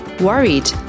Worried